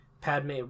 Padme